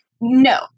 No